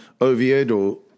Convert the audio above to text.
Oviedo